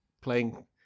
playing